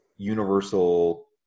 universal